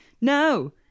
No